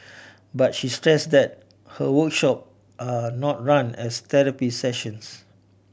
but she stressed that her workshop are not run as therapy sessions